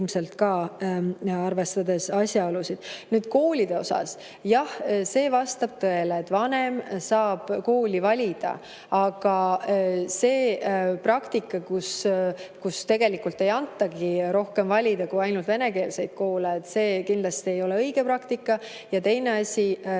Nüüd koolide kohta. Jah, see vastab tõele, et vanem saab kooli valida. Aga see praktika, kus tegelikult ei antagi midagi rohkem valida kui ainult venekeelseid koole, kindlasti ei ole õige praktika. Ja teine asi, kui me